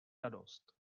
radost